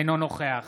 אינו נוכח